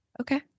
Okay